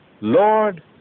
Lord